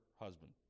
Husband